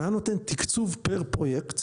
היה נותן תקצוב פר פרויקט,